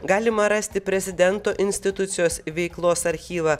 galima rasti prezidento institucijos veiklos archyvą